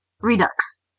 Redux